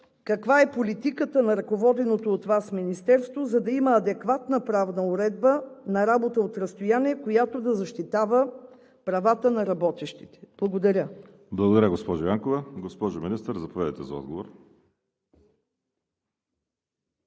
каква е политиката на ръководеното от Вас министерство, за да има адекватна правна уредба на работа от разстояние, която да защитава правата на работещите? Благодаря. ПРЕДСЕДАТЕЛ ВАЛЕРИ СИМЕОНОВ: Благодаря, госпожо Янкова. Госпожо Министър, заповядайте за отговор.